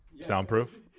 soundproof